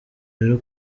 rero